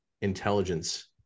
intelligence